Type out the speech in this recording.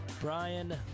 Brian